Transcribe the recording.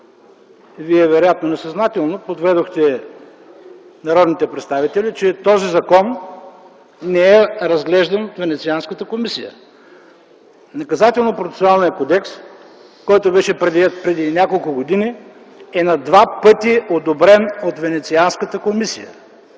Вие вероятно несъзнателно подведохте народните представители, че този закон не е разглеждан във Венецианската комисия. Наказателно-процесуалният кодекс, който беше приет преди няколко години, е на два пъти одобрен от Венецианската комисия.